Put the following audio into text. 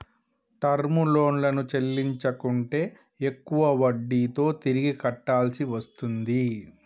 term లోన్లను చెల్లించకుంటే ఎక్కువ వడ్డీతో తిరిగి కట్టాల్సి వస్తుంది